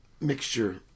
mixture